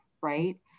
right